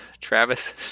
Travis